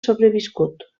sobreviscut